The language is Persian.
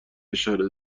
اشاره